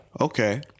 okay